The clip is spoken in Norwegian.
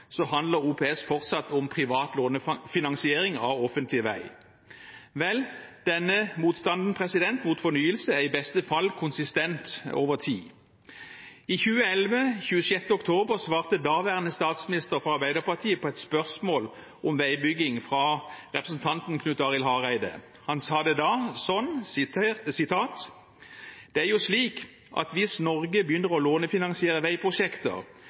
handler OPS fortsatt om privat lånefinansiering av offentlig vei. Vel, denne motstanden mot fornyelse er i beste fall konsistent over tid. I 2011, den 26. oktober, svarte daværende statsminister, fra Arbeiderpartiet, på et spørsmål om veibygging fra representanten Knut Arild Hareide. Han sa det da slik: «Det er jo slik at hvis Norge begynner å lånefinansiere veiprosjekter,